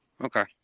Okay